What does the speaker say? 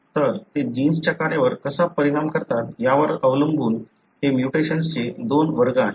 तर ते जिन्सच्या कार्यावर कसा परिणाम करतात यावर अवलंबून हे म्युटेशन्सचे दोन वर्ग आहेत